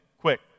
quick